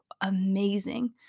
amazing